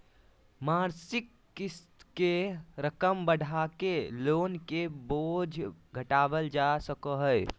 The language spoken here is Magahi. मासिक क़िस्त के रकम बढ़ाके लोन के बोझ घटावल जा सको हय